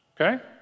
Okay